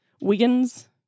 Wiggins